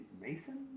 Mason